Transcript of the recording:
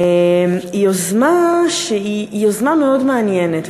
היא יוזמה מאוד מעניינת,